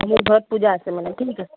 মোৰ ঘৰত পূজা আছে মানে ঠিক আছে